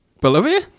Bolivia